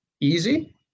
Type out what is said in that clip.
easy